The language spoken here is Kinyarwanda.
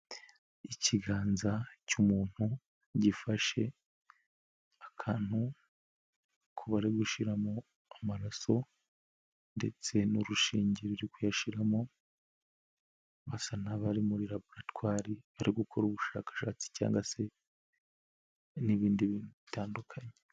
Ikiganza cy'umuntu gifashe akantu ku bari gushiramo amaraso ndetse n'urushinge kuyashyiramo, basa n'abari muri laboratwari bari gukora ubushakashatsi cyangwa se, n'ibindi bintu bitandukanye.